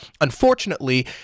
Unfortunately